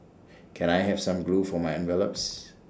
can I have some glue for my envelopes